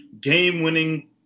game-winning